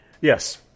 Yes